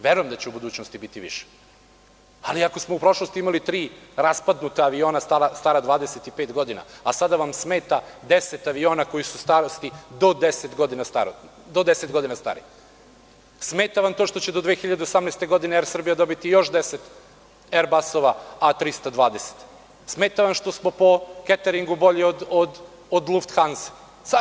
Verujem da će u budućnosti biti više, ali ako smo u prošlosti imali tri raspadnuta aviona stara 25 godina, a sada vam smeta 10 aviona koji su starosti do 10 godina stari, smeta vam to što će do 2018. godine „Er Srbija“ dobiti još 10 er-basova A320, smeta vam što smo po keteringu bolji od „Lufthansa“